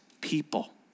people